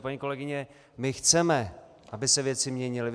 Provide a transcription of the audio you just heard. Paní kolegyně, my chceme, aby se věci měnily.